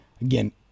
again